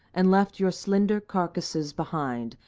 and left your slender carcasses behind,